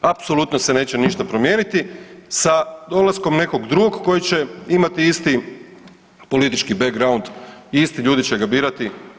Apsolutno se neće ništa promijeniti sa dolaskom nekog drugog koji će imati isti politički background, isti ljudi će ga birati.